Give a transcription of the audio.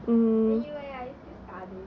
then you leh are you still studying